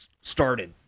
started